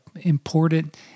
important